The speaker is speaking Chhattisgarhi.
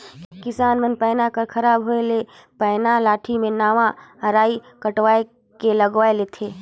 किसान मन पैना कर खराब होए ले पैना लाठी मे नावा अरई कटवाए के लगवाए लेथे